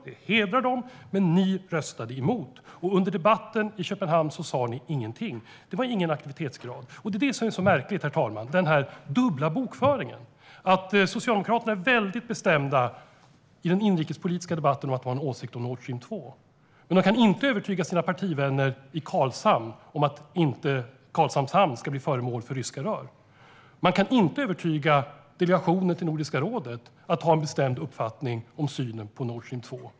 Det hedrar dem. Men Socialdemokraterna röstade emot. Och under debatten i Köpenhamn sa de ingenting. Det fanns ingen aktivitet. Herr talman! Det är den här dubbla bokföringen som är så märklig. I den inrikespolitiska debatten är Socialdemokraterna väldigt bestämda och har en åsikt om Nord Stream 2. Men de kan inte övertyga sina partivänner i Karlshamn om att ryska rör inte ska lagras i Karlshamns hamn. Och de kan inte övertyga delegationen till Nordiska rådet att ha en bestämd uppfattning om synen på Nord Stream 2.